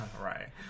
Right